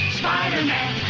spider-man